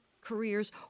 careers